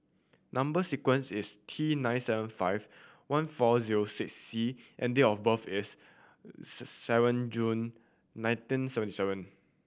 number sequence is T nine seven five one four zero six C and date of birth is six seven June nineteen seven seven